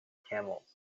camels